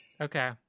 Okay